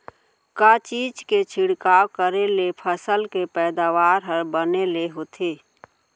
का चीज के छिड़काव करें ले फसल के पैदावार ह बने ले होथे?